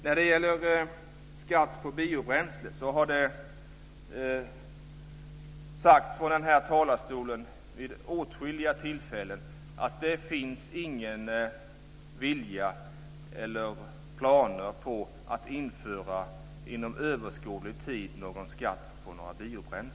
När det gäller biobränslen så har det sagts från denna talarstol vid åtskilliga tillfällen att det inte finns någon vilja eller några planer på att införa skatt på sådana inom överskådlig tid.